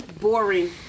boring